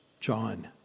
John